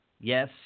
yes